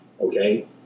Okay